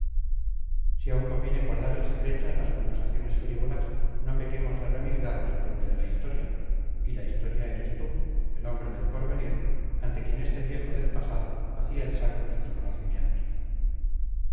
si aún conviene guardar el secreto en las conversaciones frívolas no pequemos de remilgados frente a la historia y la historia eres tú el hombre del porvenir ante quien este viejo del pasado vacía el saco de sus conocimientos